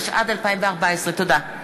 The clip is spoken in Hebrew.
התשע"ד 2014. תודה.